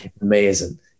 amazing